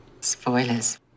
spoilers